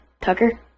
Tucker